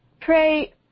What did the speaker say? pray